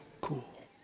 cool